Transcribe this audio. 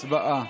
הצבעה.